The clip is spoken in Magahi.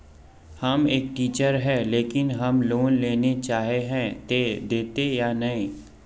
हम एक टीचर है लेकिन हम लोन लेले चाहे है ते देते या नय?